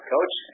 Coach